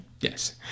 Yes